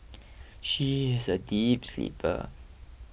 she is a deep sleeper